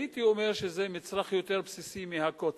הייתי אומר שזה מצרך יותר בסיסי מה"קוטג'",